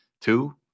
two